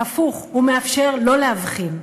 הפוך: הוא מאפשר לא להבחין.